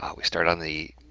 um we start on the.